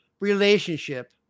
relationship